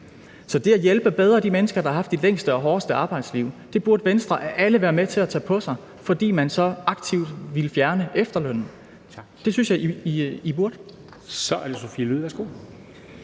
Så det at hjælpe de mennesker bedre, der har haft de længste og hårdeste arbejdsliv, burde Venstre af alle være med til at tage på sig, fordi man så aktivt ville fjerne efterlønnen. Det synes jeg I burde. Kl. 10:21 Formanden